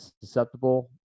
susceptible